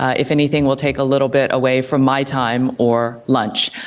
if anything we'll take a little bit away from my time or lunch.